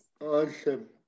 Awesome